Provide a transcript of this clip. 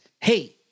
Hey